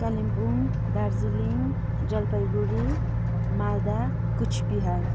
Kalimpong Darjeeling Jalpaiguri Malda Cooch Behar